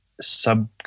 sub